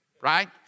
right